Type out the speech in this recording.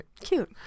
cute